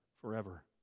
forever